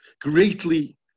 greatly